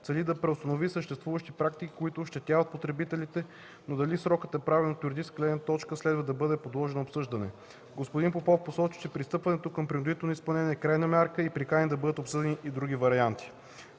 цели да преустанови съществуващи практики, които ощетяват потребителите, но дали срокът е правилен от юридическа гледна точка следва да бъде подложено на обсъждане. Господин Попов посочи, че пристъпването към принудително изпълнение е крайна мярка и прикани да бъдат обсъдени и други варианти.